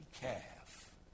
calf